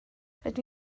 rydw